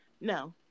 no